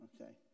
Okay